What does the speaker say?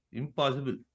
impossible